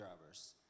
drivers